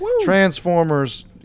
transformers